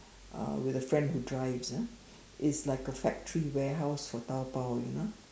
uh with a friend who drives ah is like a factory warehouse for Taobao you know